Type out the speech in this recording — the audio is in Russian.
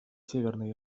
северной